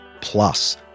plus